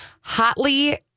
hotly